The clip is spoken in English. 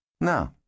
No